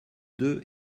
deux